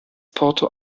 porto